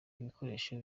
ibikoresho